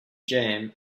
jam